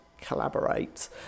collaborate